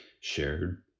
shared